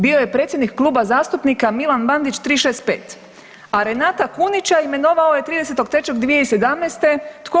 Bio je predsjednik Kluba zastupnika Milan Bandić 365, a Renata Kunića imenovao je 30.3.2017., tko?